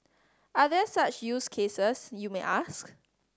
are there such use cases you may ask